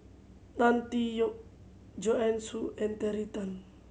Tan Tee Yoke Joanne Soo and Terry Tan